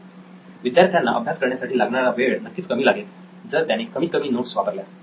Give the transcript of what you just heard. नितीन विद्यार्थ्यांना अभ्यास करण्यासाठी लागणारा वेळ नक्कीच कमी लागेल जर त्याने कमीतकमी नोट्स वापरल्या